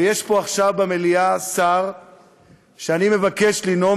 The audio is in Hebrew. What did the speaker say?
יש פה עכשיו במליאה שר שאני מבקש לנאום